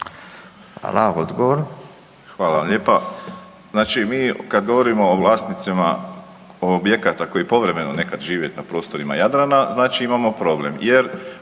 Hvala vam lijepa. Znači mi kad govorimo o vlasnicima objekata koji povremeno nekad žive na prostorima Jadrana znači imamo problem